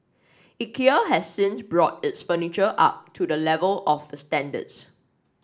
Ikea has since brought its furniture up to the level of the standards